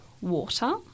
water